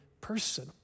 person